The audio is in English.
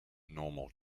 normal